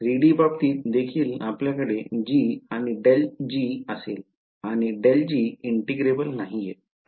3 D बाबतीत देखील आपल्याकडे g आणि ∇g असेल आणि ∇g इंटिग्रेबल नाहीये